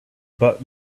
but